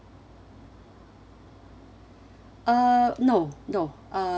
uh no no uh